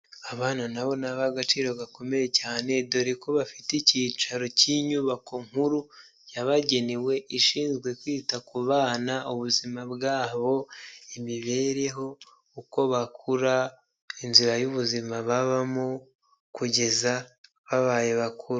Abana nabo ni abagaciro gakomeye cyane dore ko bafite icyicaro cy'inyubako nkuru yabagenewe ishinzwe kwita ku bana ubuzima bwabo, imibereho, uko bakura, inzira y'ubuzima babamo kugeza babaye bakuru.